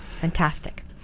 Fantastic